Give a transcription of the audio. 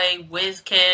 Wizkid